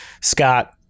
Scott